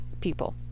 people